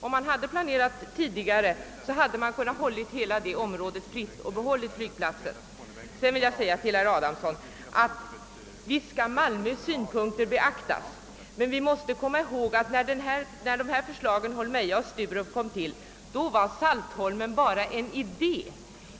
Om man hade planerat bättre hade hela detta område kunnat hållas fritt och man kunde ha behållit flygplatsen där. Jag vill också säga till herr Adamsson att visst skall Malmös synpunkter beaktas, men vi måste komma ihåg att när förslagen om Holmeja och Sturup väcktes var Saltholm bara en idé.